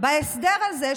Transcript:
בהסדר הזה,